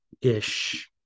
ish